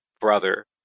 brother